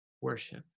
worship